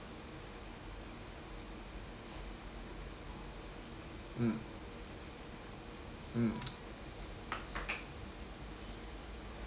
mm mm